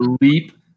leap